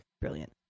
brilliant